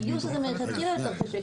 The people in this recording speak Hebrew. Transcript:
הגיוס הזה מלכתחילה הוא יותר קשה.